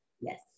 Yes